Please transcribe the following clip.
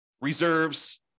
reserves